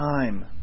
time